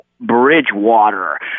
Bridgewater